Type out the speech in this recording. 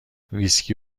ویسکی